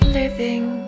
living